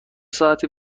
ساعتی